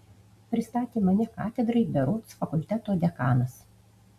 pristatė mane katedrai berods fakulteto dekanas